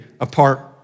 apart